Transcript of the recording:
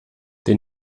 der